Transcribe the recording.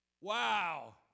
Wow